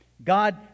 God